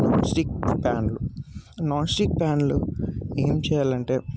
stick ప్యాన్లు nonstick ప్యాన్లు ఏం చేయాలంటే